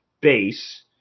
base